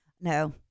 No